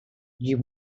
you